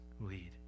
Lead